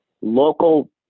local